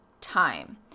time